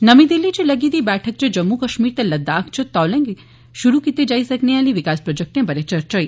नर्मी दिल्ली च लग्गी दी बैठक च जम्मू कश्मीर ते लद्दाख च तौले गै श्रु कीते जाई सकने आले विकास प्रोजैक्टें बारै चर्चा होई